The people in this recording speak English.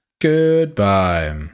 Goodbye